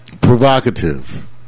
provocative